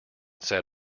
said